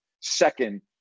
Second